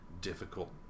difficult